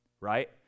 Right